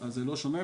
אז זה לא שונה.